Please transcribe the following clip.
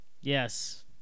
yes